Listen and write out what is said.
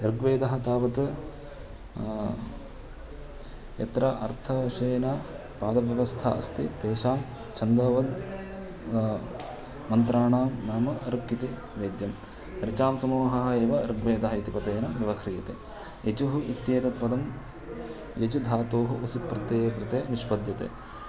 ऋग्वेदः तावत् यत्र अर्थविषयेन पादव्यवस्था अस्ति तेषां छन्दोवत् मन्त्राणां नाम ऋक् इति वेद्यं समूहः एव ऋग्वेदः इति पदेन व्यवहृतः यजुः इत्येतत् पदं यज् धातोः उस् प्रत्यये कृते निष्पद्यते